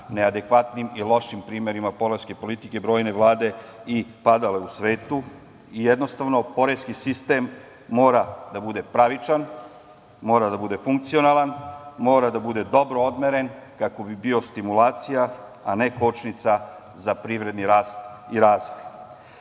neadekvatnim i lošim primerima poreske politike brojne vlade i padale u svetu. Jednostavno, poreski sistem mora da bude pravičan, mora da bude funkcionalan, mora da bude dobro odmeren kako bi bio stimulacija, a ne kočnica za privredni rast i razvoj. Poreski